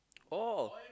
oh